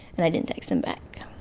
and i didn't text him back